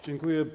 Dziękuję.